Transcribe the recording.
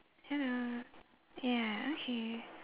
hello ya okay